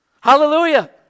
Hallelujah